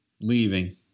leaving